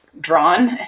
drawn